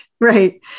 right